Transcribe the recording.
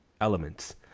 elements